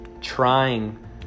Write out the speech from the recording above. trying